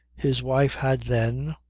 his wife had then